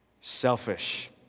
Selfish